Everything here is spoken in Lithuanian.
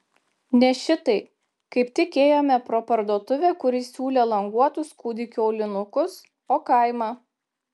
ne šitai kaip tik ėjome pro parduotuvę kuri siūlė languotus kūdikių aulinukus o kaimą